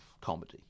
comedy